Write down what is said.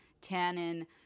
tannin